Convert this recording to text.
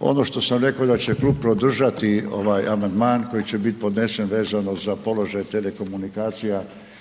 ono što sam reko da će klub podržati ovaj amandman koji će biti podnesen vezano za položaj telekomunikacija